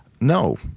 no